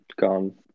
gone